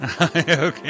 okay